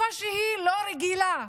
תקופה שהיא לא רגילה,